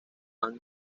han